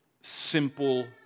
simple